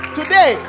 Today